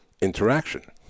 interaction